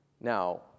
Now